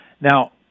Now